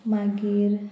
मागीर